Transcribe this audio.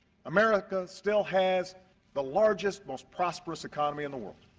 america still has the largest, most prosperous economy in the world.